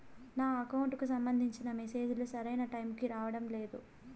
నా అకౌంట్ కు సంబంధించిన మెసేజ్ లు సరైన టైము కి రావడం లేదు